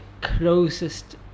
closest